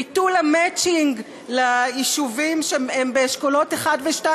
ביטול המצ'ינג ליישובים שהם באשכולות 1 ו-2.